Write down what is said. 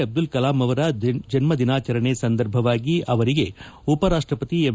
ಅಬ್ದುಲ್ ಕಲಾಂ ಅವರ ಜನ್ನದಿನಾಚರಣೆ ಸಂದರ್ಭವಾಗಿ ಅವರಿಗೆ ಉಪರಾಷ ಪತಿಯಾಗಿ ಎಂ